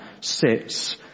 sits